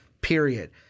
period